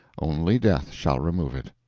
only death shall remove it.